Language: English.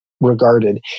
regarded